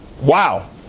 Wow